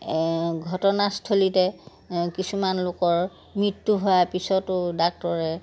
ঘটনাস্থলীতে কিছুমান লোকৰ মৃত্যু হোৱাৰ পিছতো ডাক্তৰে